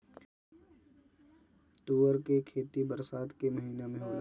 तूअर के खेती बरसात के महिना में होला